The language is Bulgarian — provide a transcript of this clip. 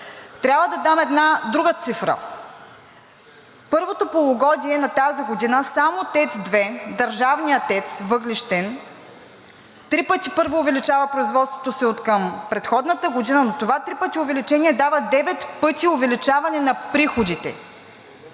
трябва да дам една друга цифра. Първото полугодие на тази година само „ТЕЦ 2“ – държавният въглищен ТЕЦ, първо три пъти увеличава производството си откъм предходната година, но това три пъти увеличение дава девет пъти увеличаване на приходите.